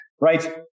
right